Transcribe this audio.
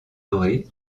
aurès